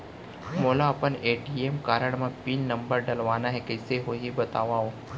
मोला अपन ATM card म पिन नंबर डलवाना हे कइसे होही बतावव?